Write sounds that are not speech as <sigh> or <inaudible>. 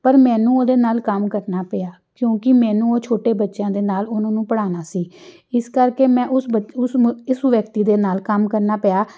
ਪਰ ਮੈਨੂੰ ਉਹਦੇ ਨਾਲ ਕੰਮ ਕਰਨਾ ਪਿਆ ਕਿਉਂਕਿ ਮੈਨੂੰ ਉਹ ਛੋਟੇ ਬੱਚਿਆਂ ਦੇ ਨਾਲ ਉਹਨਾਂ ਨੂੰ ਪੜ੍ਹਾਉਣਾ ਸੀ ਇਸ ਕਰਕੇ ਮੈਂ ਉਸ <unintelligible> ਇਸ ਵਿਅਕਤੀ ਦੇ ਨਾਲ ਕੰਮ ਕਰਨਾ ਪਿਆ